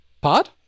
pod